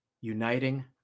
uniting